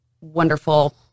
wonderful